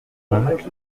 cinq